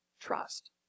trust